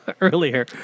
earlier